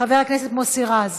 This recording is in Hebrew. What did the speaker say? חבר הכנסת מוסי רז,